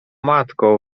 matko